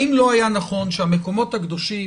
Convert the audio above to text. האם לא היה נכון שהמקומות הקדושים,